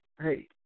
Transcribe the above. hey